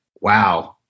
wow